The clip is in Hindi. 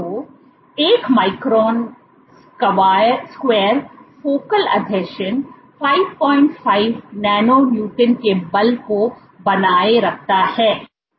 तो 1 माइक्रोन स्क्वायर फोकल आसंजन 55 नैनो न्यूटन के बल को बनाए रखता है